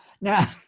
Now